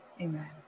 amen